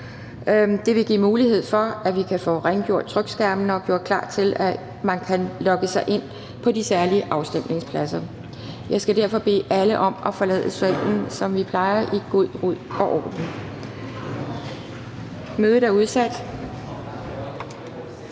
Det vil give mulighed for, at vi kan få rengjort trykskærmene og gjort klar til, at man kan logge sig ind på de særlige afstemningspladser. Jeg skal derfor bede alle om at forlade salen, som vi plejer, i god ro og orden. Mødet er udsat.